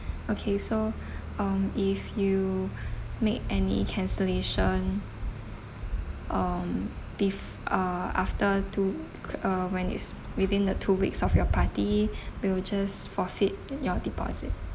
okay so um if you make any cancellation um bef~ uh after two uh when it's within the two weeks of your party we will just forfeit your deposit